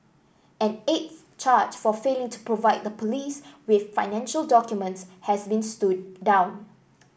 an eighth charge for failing to provide the police with financial documents has been stood down